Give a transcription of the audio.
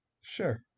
sure